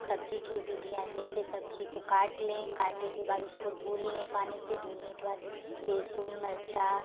सब्जी की विधियाँ जैसे सब्जी को काट लें काटे के बाद उसको धुल लें पानी से धुलने के बाद लहसुन मिर्चा